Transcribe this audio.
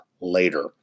later